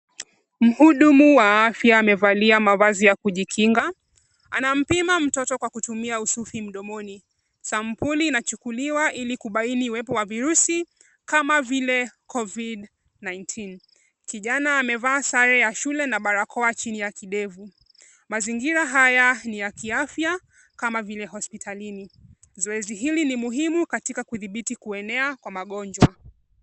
Mhudumu wa afya amevalia mavazi ya kujikinga. Anampima mtoto kwa kutumia usufi mdomoni. Sampuli inachukuliwa ilikubaini iwepo wa virusi kama vile Covid-19 . Kijana amevaa sare ya shule na barakoa chini ya kidevu. Mazingira haya ni ya kiafya kama vile hospitalini. Zoezi hili ni muhimu katika kudhibiti kuenea kwa magonjwa.